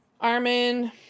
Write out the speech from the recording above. Armin